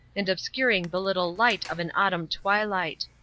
and obscuring the little light of an autumn twilight.